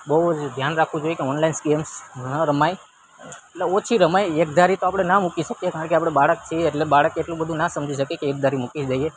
બહુ જ ધ્યાન રાખવું જોએ કે ઓનલાઈન ગેમ્સ ન રમાય એટલે ઓછી રમાય એકધારી તો આપણે ના મૂકી શકીએ કારણ કે આપણે બાળક છીએ એટલે બાળક એટલું બધુ ના સમજી શકે કે એકધારી મૂકી દઈએ